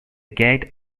gate